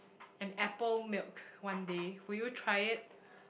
an apple milk one day will you try it